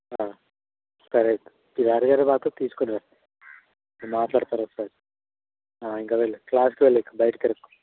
సరే అయితే మీ నాన్నగారిని మాత్రం తీసుకుని రా నేను మాట్లాడతాను రేపు ఇంక వెళ్ళు క్లాస్కి వెళ్ళు బయట తిరగకు